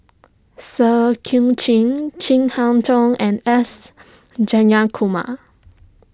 Seah Chin Chin Harn Tong and S Jayakumar